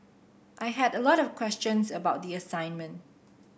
I had a lot of questions about the assignment